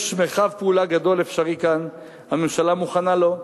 יש מרחב פעולה גדול אפשרי כאן, הממשלה מוכנה לו.